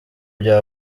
bya